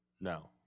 No